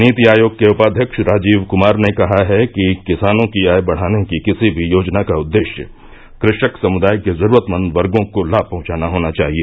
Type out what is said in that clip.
नीति आयोग के उपाध्यक्ष राजीव क्मार ने कहा है कि किसानों की आय बढ़ाने की किसी भी योजना का उद्देश्य कृषक समृदाय के जरूरतमंद वर्गों को लाभ पहुंचाना होना चाहिए